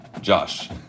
Josh